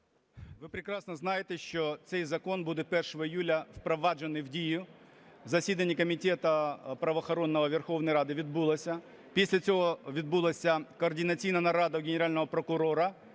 Ви прекрасно знаєте, що цей закон буде 1 июля впроваджений в дію, засідання Комітету правоохоронного Верховної Ради відбулося. Після цього відбулася координаційна нарада в Генерального прокурора,